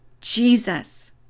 Jesus